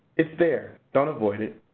it's there, don't avoid it.